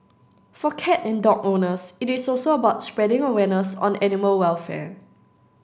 for cat and dog owners it is also about spreading awareness on animal welfare